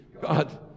God